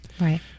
right